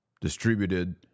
distributed